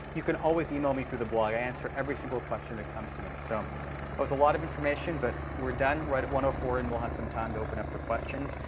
you can always email me through the blog. i answer every single question that comes to me. so that was a lot of information. but we're done right at one four, and we'll have some time to open up for questions.